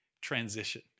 Transition